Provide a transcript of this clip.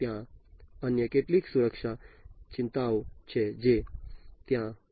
ત્યાં અન્ય કેટલીક સુરક્ષા ચિંતાઓ છે જે ત્યાં હોવી જોઈએ